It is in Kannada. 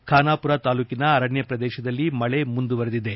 ಖಾನಾಪೂರ ತಾಲೂಕಿನ ಅರಣ್ಯ ಪ್ರದೇಶದಲ್ಲಿ ಮಳೆ ಮುಂದುವರೆದಿದೆ